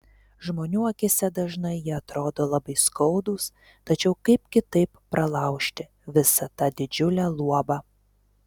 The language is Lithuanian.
žmonių akyse dažnai jie atrodo labai skaudūs tačiau kaip kitaip pralaužti visa tą didžiulę luobą